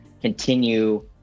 continue